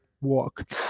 walk